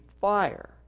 fire